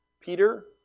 Peter